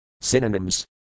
Synonyms